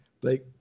Blake